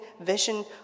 vision